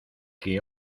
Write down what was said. que